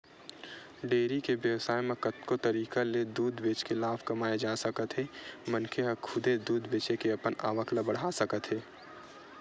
dairy के बेवसाय म कतको तरीका ले दूद बेचके लाभ कमाए जा सकत हे मनखे ह खुदे दूद बेचे के अपन आवक ल बड़हा सकत हे